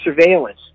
surveillance